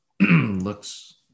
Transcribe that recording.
looks